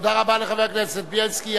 תודה רבה לחבר הכנסת בילסקי.